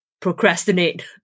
procrastinate